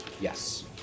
Yes